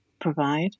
provide